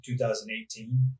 2018